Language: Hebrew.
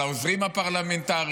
על העוזרים הפרלמנטריים,